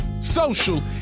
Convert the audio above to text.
social